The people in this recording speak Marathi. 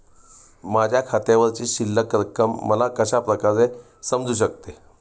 माझ्या खात्यावरची शिल्लक रक्कम मला कशा प्रकारे समजू शकते?